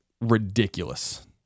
ridiculous